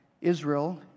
Israel